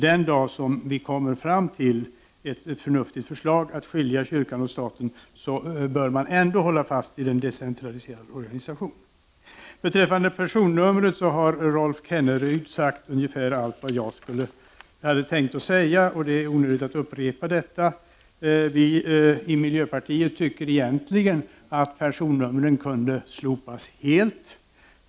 Den dag som vi kommer fram till ett förnuftigt förslag om att skilja kyrkan och staten åt bör man ändå hålla fast vid en decentraliserad organisation. Beträffande personnumren har Rolf Kenneryd sagt allt det jag hade tänkt säga. Det är onödigt att upprepa detta. Vi i miljöpartiet tycker egentligen att personnumren kunde slopas helt.